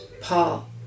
Paul